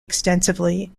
extensively